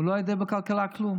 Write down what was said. הוא לא יודע בכלכלה כלום.